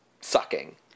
sucking